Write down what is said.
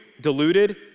deluded